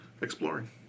exploring